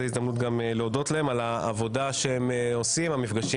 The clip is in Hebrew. זו הזדמנות גם להודות לה על העבודה שהיא עושה מפגשים